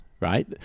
right